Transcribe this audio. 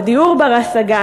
לדיור בר-השגה,